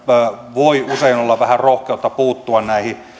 voi usein olla vähän rohkeutta puuttua